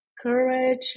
courage